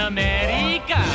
America